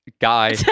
guy